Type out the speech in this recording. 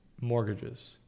Mortgages